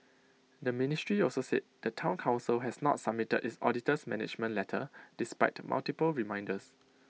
the ministry also said the Town Council has not submitted its auditor's management letter despite multiple reminders